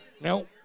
Nope